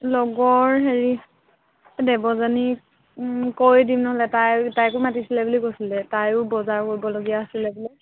লগৰ হেৰি দেবযানী কৈ দিম নহ'লে তাই তাইকো মাতিছিলে বুলি কৈছিলে তায়ো বজাৰ কৰিবলগীয়া আছিলে বোলে